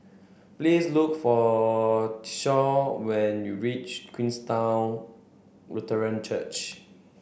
please look for when you reach Queenstown Lutheran Church